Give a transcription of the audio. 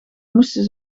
moesten